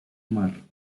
mar